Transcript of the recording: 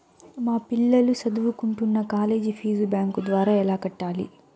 మా పిల్లలు సదువుకుంటున్న కాలేజీ ఫీజు బ్యాంకు ద్వారా ఎలా కట్టాలి?